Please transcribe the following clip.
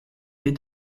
des